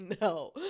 No